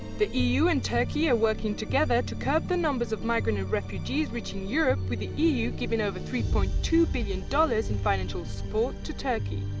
the eu and turkey are working together to curb the numbers of migrants and refugees reaching europe with the eu giving over three point two billion dollars in financial support to turkey.